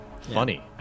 funny